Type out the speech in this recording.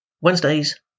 Wednesdays